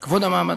כבוד המעמד,